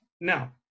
now